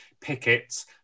pickets